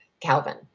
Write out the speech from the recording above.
Calvin